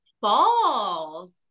False